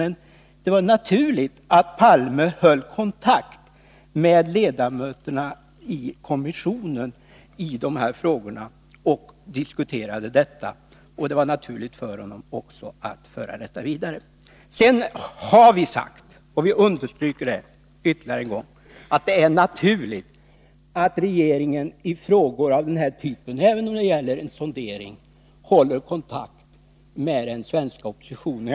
Men det var väl naturligt att Olof Palme höll kontakt med ledamöterna i kommissionen och diskuterade dessa frågor. Det var också naturligt för honom att föra detta vidare. Men vi har sagt — och vi understryker det ytterligare en gång — att det är naturligt att regeringen i frågor av den här typen, även om det gäller en sondering, håller kontakt med den svenska oppositionen.